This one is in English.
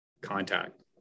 contact